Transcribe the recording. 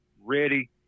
ready